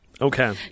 Okay